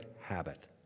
habit